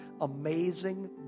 amazing